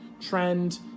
trend